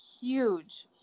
huge